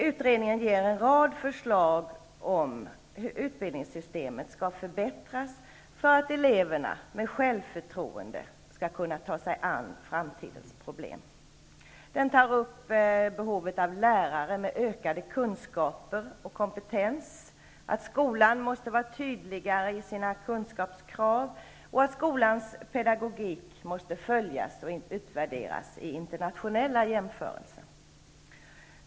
Utredningen ger en rad förslag till hur utbildningssystemet kan förbättras för att eleverna med självförtroende skall kunna ta sig an framtidens problem. Utredningen tar upp behovet av lärare med ökad kunskap och kompetens. Skolan måste vara tydligare i sina kunskapskrav. Skolans pedagogik måste följas och utvärderas i internationella jämförelser.